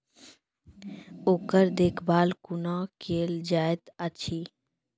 ओकर देखभाल कुना केल जायत अछि?